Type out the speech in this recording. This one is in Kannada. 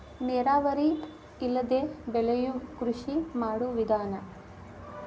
ನೇರಾವರಿ ಇಲ್ಲದೆ ಬೆಳಿಯು ಕೃಷಿ ಮಾಡು ವಿಧಾನಾ